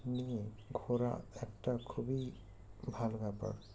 নিয়ে ঘোরা একটা খুবই ভালো ব্যাপার